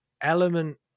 element